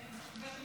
חבריי חברי